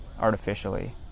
artificially